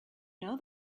know